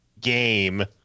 game